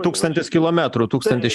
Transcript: tūkstantis kilometrų tūkstantis